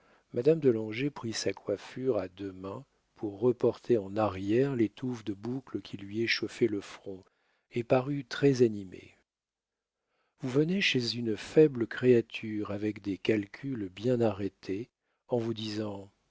madame de langeais prit sa coiffure à deux mains pour reporter en arrière les touffes de boucles qui lui échauffaient le front et parut très animée vous venez chez une faible créature avec des calculs bien arrêtés en vous disant